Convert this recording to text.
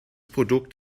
produkt